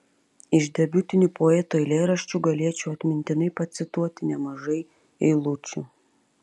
iš debiutinių poeto eilėraščių galėčiau atmintinai pacituoti nemažai eilučių